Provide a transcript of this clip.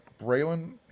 Braylon